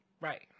right